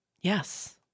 yes